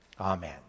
Amen